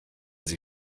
sie